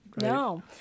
No